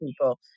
people